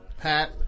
Pat